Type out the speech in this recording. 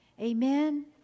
Amen